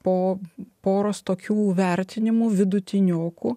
po poros tokių vertinimų vidutiniokų